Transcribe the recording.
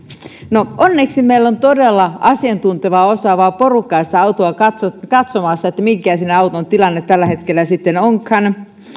no onneksi meillä on todella asiantuntevaa ja osaavaa porukkaa sitä autoa katsomassa katsomassa mikä sen auton tilanne tällä hetkellä sitten onkaan